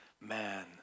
man